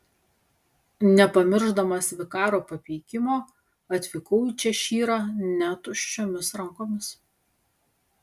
nepamiršdamas vikaro papeikimo atvykau į češyrą ne tuščiomis rankomis